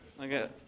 Okay